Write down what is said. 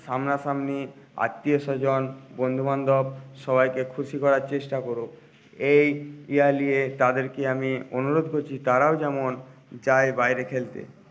সামনাসামনি আত্মীয় স্বজন বন্ধুবান্ধব সবাইকে খুশি করার চেষ্টা করুক এই নিয়ে তাদেরকে আমি অনুরোধ করছি তারাও যেমন যায় বাইরে খেলতে